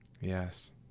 Yes